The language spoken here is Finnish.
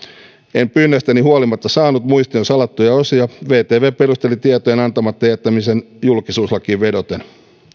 en pyynnöistäni huolimatta saanut muistion salattuja osia vtv perusteli tietojen antamatta jättämisen julkisuuslakiin vedoten